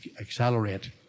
accelerate